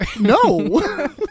no